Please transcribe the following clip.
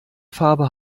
farbe